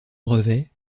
brevets